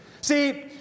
See